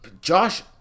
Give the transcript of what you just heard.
Josh